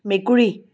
মেকুৰী